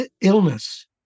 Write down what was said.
illness